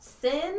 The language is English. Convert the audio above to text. sin